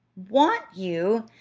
want you!